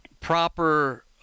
proper